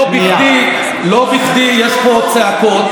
לא בכדי יש פה צעקות,